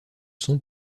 sont